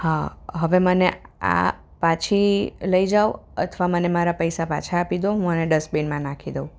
હા હવે મને આ પાછી લઈ જાવ અથવા મને મારા પૈસા પાછા આપી દો હું આને ડસ્ટબીનમાં નાખી દઉં